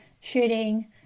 shooting